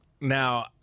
Now